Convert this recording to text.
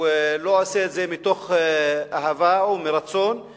הוא לא עושה את זה מתוך אהבה או מרצון,